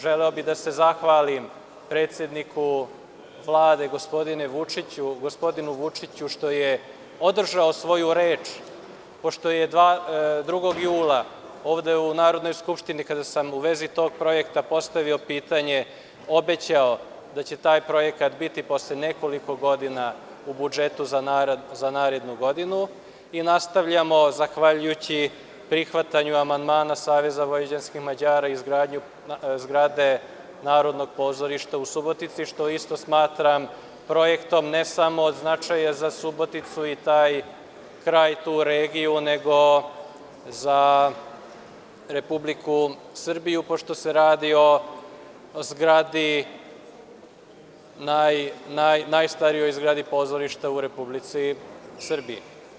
Želeo bih da se zahvalim predsedniku Vlade gospodinu Vučiću što je održao svoju reč, pošto je 2. jula ovde u Narodnoj skupštini, kada sam u vezi tog projekta postavio pitanje, obećao da će taj projekat biti posle nekoliko godina u budžetu za narednu godinu i nastavljamo zahvaljujući prihvatanju amandmana Saveza vojvođanskih Mađara i izgradnju zgrade Narodnog pozorišta u Subotici, što isto smatram projektom ne samo od značaja za Suboticu i taj kraj, tu regiju, nego za Republiku Srbiju, pošto se radi o najstarijoj zgradi pozorišta u Republici Srbiji.